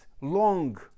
long